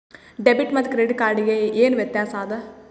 Debit ಮತ್ತ credit card ಗೆ ಏನ ವ್ಯತ್ಯಾಸ ಆದ?